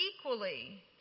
equally